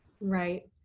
Right